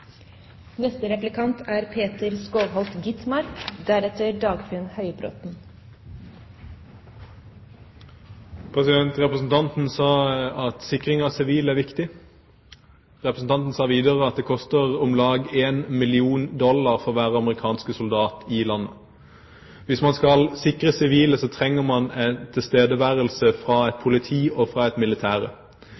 Representanten sa at sikring av sivile er viktig. Representanten sa videre at det koster om lag 1 mill. USD for hver amerikanske soldat i landet. Hvis man skal sikre sivile, trenger man tilstedeværelse fra